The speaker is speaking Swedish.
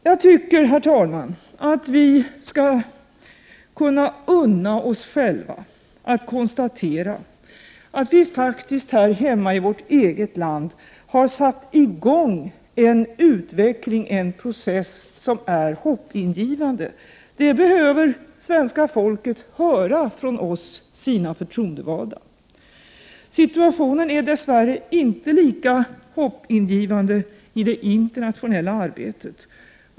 Jag tycker, herr talman, att vi skall kunna unna oss själva att konstatera att vi faktiskt här hemma i vårt eget land har satt i gång en utveckling och process som är hoppingivande. Det behöver svenska folket höra från oss, sina förtroendevalda. Situationen är dess värre inte lika hoppingivande i det internationella arbetet.